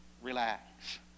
relax